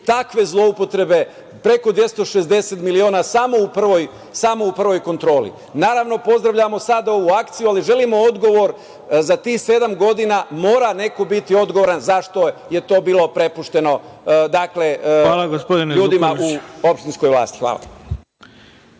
takve zloupotrebe, preko 260 miliona samo u prvoj kontroli. Naravno pozdravljamo sada ovu akciju, ali želimo odgovor, za tih sedam godina mora neko biti odgovoran zašto je to bilo prepušteno ljudima u opštinskoj vlasti? Hvala.